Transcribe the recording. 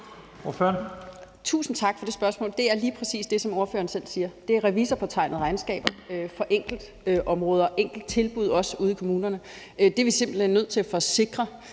Tusind tak for det spørgsmål. Det er lige præcis det, som ordføreren selv siger. Det er revisorpåtegnede regnskaber for enkeltområder og også enkelttilbud ude i kommunerne. Det er vi simpelt hen nødt til for at sikre,